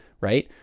right